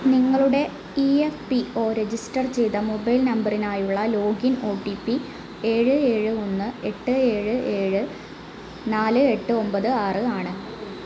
നിങ്ങളുടെ E F P O register ചെയ്ത mobile നമ്പറിനായുള്ള ലോഗിൻ ഒ ടി പി ഏഴ് ഏഴ് ഒന്ന് എട്ട് ഏഴ് ഏഴ് നാല് എട്ട് ഒമ്പത് ആറ് ആണ്